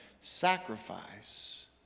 sacrifice